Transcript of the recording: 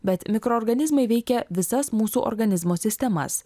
bet mikroorganizmai veikia visas mūsų organizmo sistemas